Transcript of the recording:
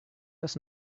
dass